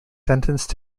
sentenced